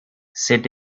sit